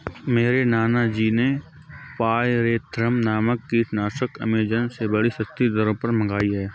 मेरे नाना जी ने पायरेथ्रम नामक कीटनाशक एमेजॉन से बड़ी सस्ती दरों पर मंगाई है